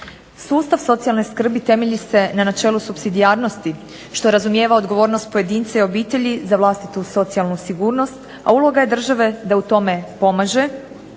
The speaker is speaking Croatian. Sustav socijalne skrbi temelji se na načelu supsidijarnosti što razumijeva odgovornost pojedinca i obitelji za vlastitu socijalnu sigurnost, a uloga je države da u tome pomaže